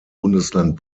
bundesland